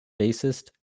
bassist